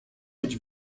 być